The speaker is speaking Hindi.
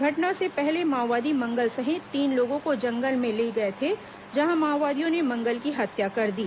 घटना से पहले माओवादी मंगल सहित तीन लोगों को जंगल में ले गए थे जहां माओवादियों ने मंगल की हत्या कर दी